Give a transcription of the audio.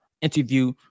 interview